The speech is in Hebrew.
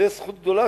זו זכות גדולה,